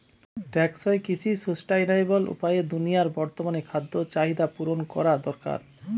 টেকসই কৃষি সুস্টাইনাবল উপায়ে দুনিয়ার বর্তমান খাদ্য চাহিদা পূরণ করা দরকার